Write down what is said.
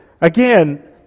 Again